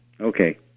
Okay